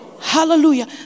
Hallelujah